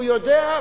הוא יודע,